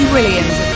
Williams